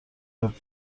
بود